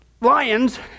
Lions